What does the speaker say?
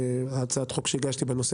הצעת החוק שהגשתי בנושא,